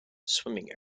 swimming